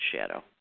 shadow